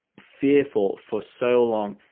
fearful for so long.